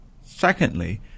Secondly